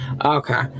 Okay